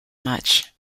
much